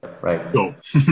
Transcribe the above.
Right